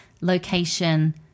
location